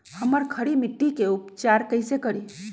हम खड़ी मिट्टी के उपचार कईसे करी?